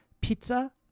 Pizza